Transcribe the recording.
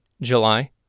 july